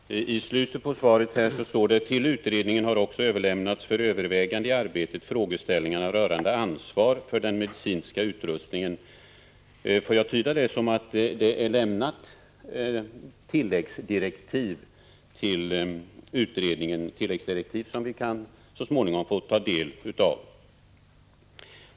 Herr talman! I slutet på svaret står: ”Till utredningen har också överlämnats för övervägande i arbetet frågeställningar rörande ansvar för den medicinska utrustningen.” Får jag tolka detta som att det har getts tilläggsdirektiv till utredningen, som vi så småningom kan få ta del av?